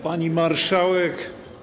Pani Marszałek!